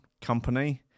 Company